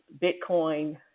Bitcoin